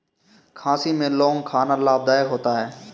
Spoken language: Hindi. खांसी में लौंग खाना लाभदायक होता है